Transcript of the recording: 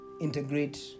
integrate